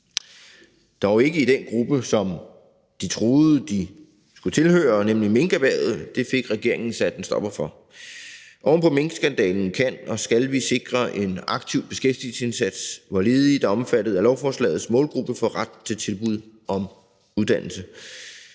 – dog ikke i den gruppe, som de troede de skulle tilhøre, nemlig minkerhvervet; det fik regeringen sat en stopper for. Oven på minkskandalen kan og skal vi sikre en aktiv beskæftigelsesindsats, hvor ledige, der er omfattet af lovforslagets målgruppe, får ret til tilbud om uddannelse.